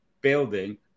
building